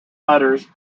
letters